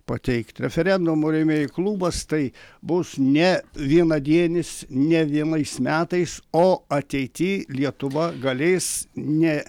pateikti referendumų rėmėjų klubas tai bus ne vienadienis ne vienais metais o ateity lietuva galės ne